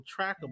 trackable